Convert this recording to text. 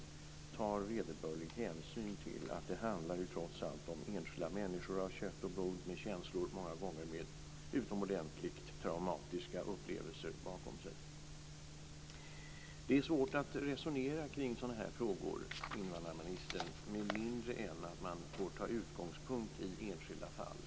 Man tar inte vederbörlig hänsyn till att det trots allt handlar om enskilda människor av kött och blod med känslor, många gånger med utomordentligt traumatiska upplevelser bakom sig. Det är svårt att resonera kring sådana här frågor, invandrarministern, med mindre än att man får ta utgångspunkt i enskilda fall.